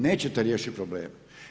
Nećete riješiti probleme.